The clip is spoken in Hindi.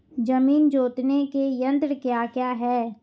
जमीन जोतने के यंत्र क्या क्या हैं?